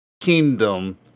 kingdom